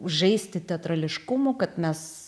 žaisti teatrališkumu kad mes